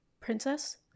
princess